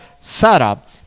setup